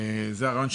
זה הרעיון,